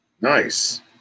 Nice